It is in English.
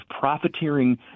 profiteering